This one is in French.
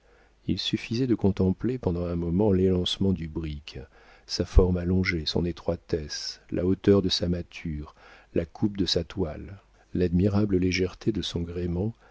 il suffisait de contempler pendant un moment l'élancement du brick sa forme allongée son étroitesse la hauteur de sa mâture la coupe de sa toile l'admirable légèreté de son gréement